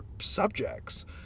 subjects